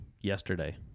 yesterday